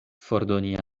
fordoni